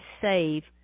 save